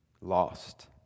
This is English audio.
lost